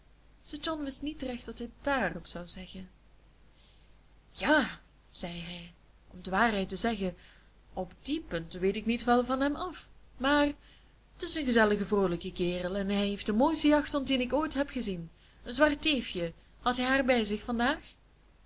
sir john wist niet recht wat hij dààrop zou zeggen ja zei hij om de waarheid te zeggen op die punten weet ik niet veel van hem af maar t is een gezellige vroolijke kerel en hij heeft den mooisten jachthond dien ik ooit heb gezien een zwart teefje had hij haar bij zich vandaag